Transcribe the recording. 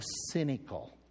cynical